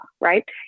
right